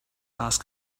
ask